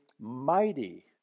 mighty